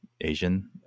Asian